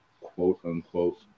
quote-unquote